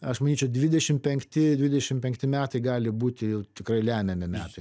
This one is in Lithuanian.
aš manyčiau dvidešimt penkti dvidešimt penkti metai gali būti tikrai lemiami metai